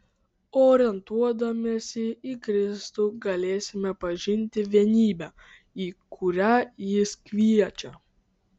orientuodamiesi į kristų galėsime pažinti vienybę į kurią jis kviečia